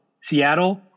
Seattle